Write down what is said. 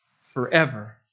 forever